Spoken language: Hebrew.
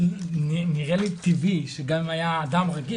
נראה לי טבעי שגם אם אדם רגיל,